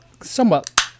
somewhat